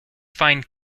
find